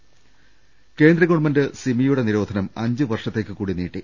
ദർവ്വട്ടെഴ കേന്ദ്ര ഗവൺമെന്റ് സിമിയുടെ നിരോധനം അഞ്ച് വർഷത്തേക്ക് കൂടി നീട്ടി